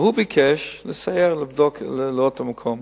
והוא ביקש לסייר, לבדוק ולראות את המקום.